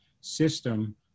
system